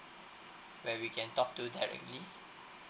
where we can talk to directly